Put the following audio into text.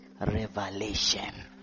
revelation